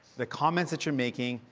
the comments that you're making,